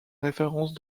référence